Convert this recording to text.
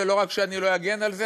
ולא רק שאני לא אגן על זה,